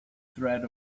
threat